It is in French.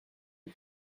des